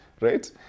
right